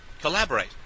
collaborate